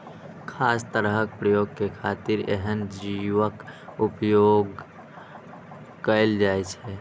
खास तरहक प्रयोग के खातिर एहन जीवक उपोयग कैल जाइ छै